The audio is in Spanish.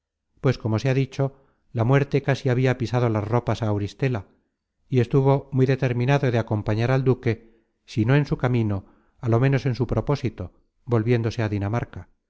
pues como se ha dicho la muerte casi habia pisado las ropas á auristela y estuvo muy determinado de acompañar al duque si no en su camino á lo ménos en su propósito volviéndose á dinamarca